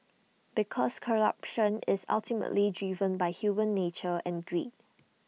because corruption is ultimately driven by human nature and greed